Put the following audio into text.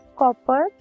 copper